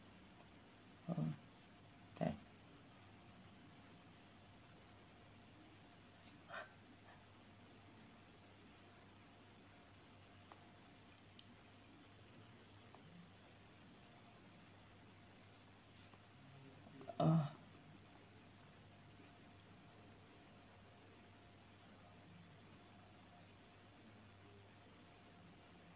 (uh huh) okay uh